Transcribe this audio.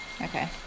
Okay